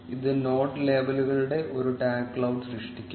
ഇത് നോഡ് ലേബലുകളുടെ ഒരു ടാഗ് ക്ലൌഡ് സൃഷ്ടിക്കും